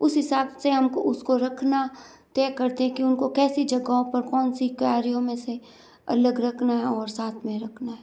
उस हिसाब से हमको उसको रखना तय करते हैं कि उनको कैसी जगहों पर कौनसी कियारीयों में से अलग रखना और साथ में रखना है